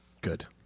Good